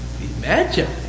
Imagine